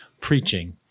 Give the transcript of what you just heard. preaching